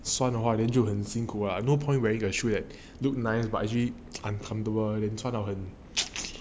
酸的话 then 就很辛苦 ah no point wearing your shoe that look nice but actually uncomfortable 你穿了很